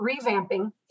revamping